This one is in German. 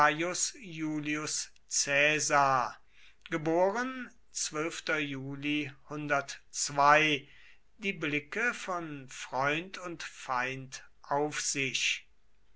gaius iulius caesar die blicke von freund und feind auf sich